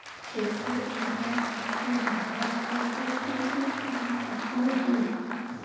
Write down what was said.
खेतेर उपजाऊ शक्ति बढ़वार केते की की करवा सकोहो ही?